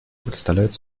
представляет